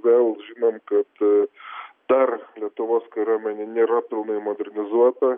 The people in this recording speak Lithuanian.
vėl žinom kad dar lietuvos kariuomenė nėra pilnai modernizuota